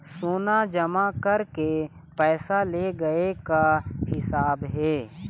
सोना जमा करके पैसा ले गए का हिसाब हे?